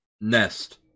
Nest